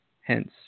Hence